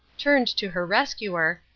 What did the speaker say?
turned to her rescuer,